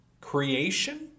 creation